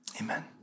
Amen